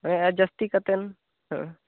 ᱦᱮᱸ ᱟᱨ ᱡᱟᱹᱥᱛᱤ ᱠᱟᱛᱮᱱ